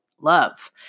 love